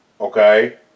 Okay